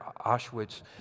Auschwitz